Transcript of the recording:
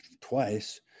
twice